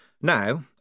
Now